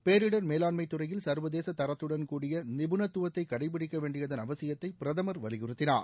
பேரிடர் மேலாண்மைத் துறையில் சா்வதேச தரத்துடன் கூடிய நிபுணத்துவத்தை கடைப்பிடிக்க வேண்டியதன் அவசியத்தை பிரதமர் வலியுறுத்தினார்